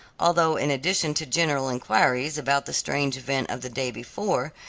although in addition to general enquiries about the strange event of the day before,